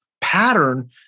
pattern